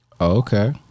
Okay